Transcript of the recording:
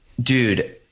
Dude